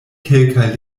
kelkaj